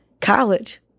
college